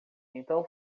então